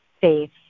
faith